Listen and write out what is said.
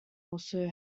also